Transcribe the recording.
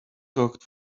talked